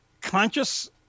conscious